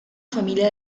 familia